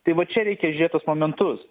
tai va čia reikia žėt tuos momentus